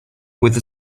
with